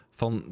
van